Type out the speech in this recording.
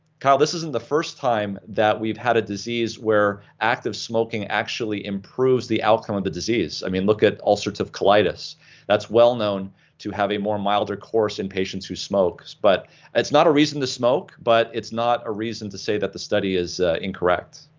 kyle, this isn't the first time that we've had a disease where active smoking actually improves the outcome of the disease. i mean look at ulcerative colitis that's well known to have a more milder course in patients who smoke, but it's not a reason to smoke, but it's not a reason to say that the study is incorrect.